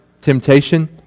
temptation